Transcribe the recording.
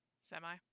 Semi